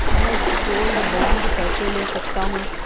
मैं gold bond कैसे ले सकता हूँ?